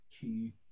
key